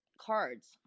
cards